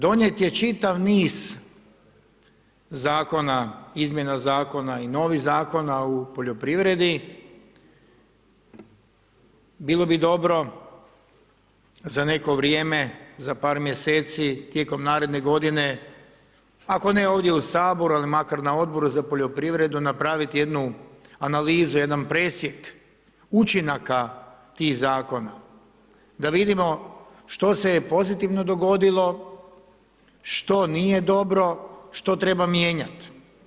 Donijet je čitav niz zakon, izmjena zakona i novih zakona u poljoprivredi, bilo bi dobro za neko vrijeme, za par mjeseci, tijekom naredne godine, ako ne ovdje u Saboru ali makar na Odboru za poljoprivredu napraviti jednu analizu, jedan presjek učinaka tih zakona da vidimo što se je pozitivno dogodilo, što nije dobro, što treba mijenjati.